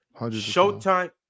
Showtime